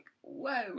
whoa